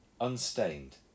unstained